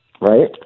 right